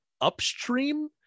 upstream